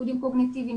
תפקודים קוגניטיביים,